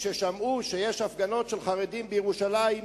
כששמעו שיש הפגנות של חרדים בירושלים,